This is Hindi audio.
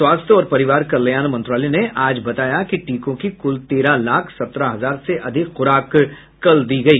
स्वास्थ्य और परिवार कल्याण मंत्रालय ने आज बताया कि टीकों की कुल तेरह लाख सत्रह हजार से अधिक खुराक कल दी गई